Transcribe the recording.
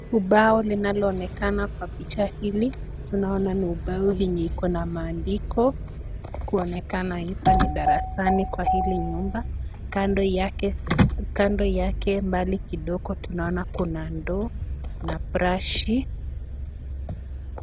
Ubao linaloonekana kwa picha hili tunaona ni ubao yenye iko na maandiko kuonekana hili ni darasani kwa hii nyumba. Kando yake mbali kidogo tunaona kuna ndoo na brashi.